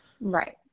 Right